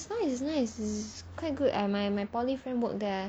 no it's nice it's nice it's quite good admire my poly friend work there